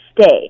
stay